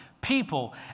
people